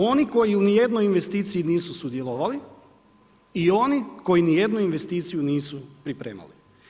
Oni koji u nijednoj investiciji nisu sudjelovali i oni koji nijednu investiciju nisu pripremali.